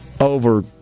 over